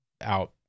out